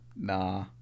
nah